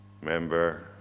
Remember